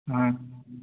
ہاں